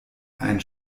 ein